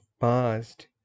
past